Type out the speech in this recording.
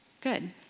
good